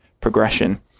progression